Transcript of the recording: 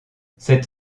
cette